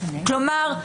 כלומר,